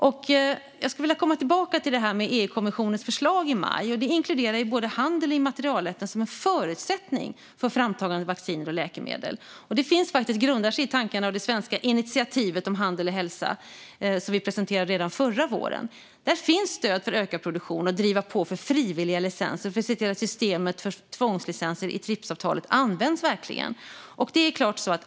Jag skulle vilja komma tillbaka till EU-kommissionens förslag i maj. Det inkluderar både handel och immaterialrätten som en förutsättning för framtagande av vaccin och läkemedel. Det grundar sig i tanken hos det svenska initiativet om handel och hälsa som vi presenterade redan förra våren. Där finns stöd för ökad produktion och för att driva på för frivilliga licenser för att se till att systemet för tvångslicenser i Tripsavtalet verkligen används.